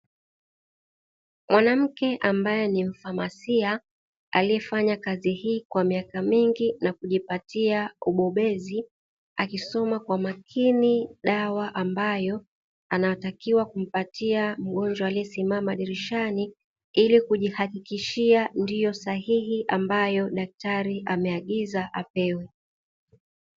Mwanamke ambaye ni mfamasia aliyefanya kazi hii kwa miaka mingi na kujipatia ubobezi akisoma kwa makini dawa ambayo anatakiwa kumpatia mgonjwa aliyesimama dirishani ili kujihakikishia ndio sahihi ambayo daktari ameagiza apewe.